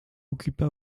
occupa